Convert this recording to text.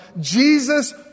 Jesus